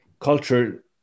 culture